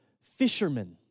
fishermen